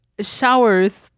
showers